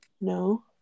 No